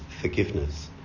forgiveness